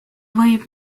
võib